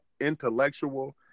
intellectual